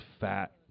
fat